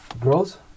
girls